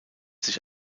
sich